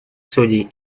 судей